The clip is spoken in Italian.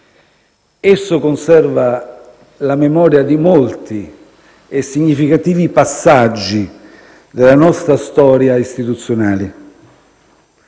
Esso conserva la memoria di molti e significativi passaggi della nostra storia istituzionale.